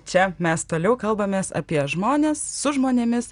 čia mes toliau kalbamės apie žmones su žmonėmis